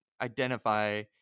identify